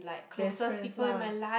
best friends lah